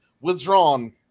Withdrawn